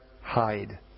hide